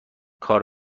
کار